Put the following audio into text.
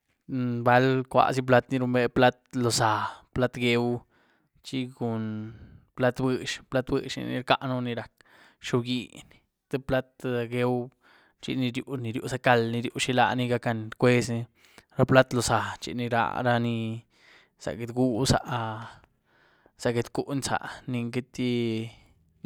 bal cuá zí plat´ ní runbé, plat´ loo záah, plat´ gweuú chi cun plat´ bïëx, plat´ bïëxní rcaën ni rac´xioobgyín, te plat´gweuú chi ni riu- ni riuza cald, riu chilani gac´gan cwezní. Ra plat´ looza chi ni raáh raní za getgú, zaáh záah getcuny zaáh, ni queity,